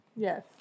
Yes